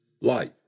life